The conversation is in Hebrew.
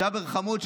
ג'אבר חמוד,